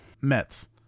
Mets